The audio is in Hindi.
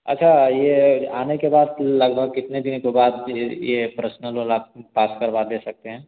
अच्छा ये आने के बाद लगभग कितने दिनों के बाद ये पर्सनल वाला लोन आप पास करवा दें सकते हैं